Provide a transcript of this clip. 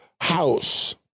house